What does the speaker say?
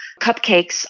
cupcakes